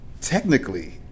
technically